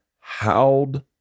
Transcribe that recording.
howled